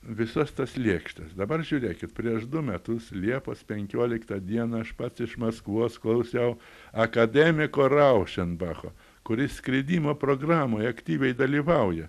visas tas lėkštes dabar žiūrėkit prieš du metus liepos penkioliktą dieną aš pats iš maskvos klausiau akademiko raušenbacho kuris skridimo programoj aktyviai dalyvauja